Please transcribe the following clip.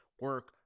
Work